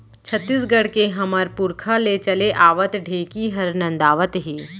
छत्तीसगढ़ के हमर पुरखा ले चले आवत ढेंकी हर नंदावत हे